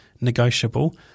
negotiable